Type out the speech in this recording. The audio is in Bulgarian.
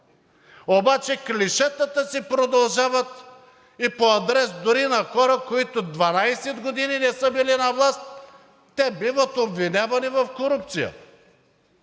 обаче клишетата продължават и по адрес дори на хората, които 12 години не са били на власт, и те биват обвинявани в корупция.